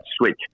switch